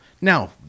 Now